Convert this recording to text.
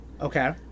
Okay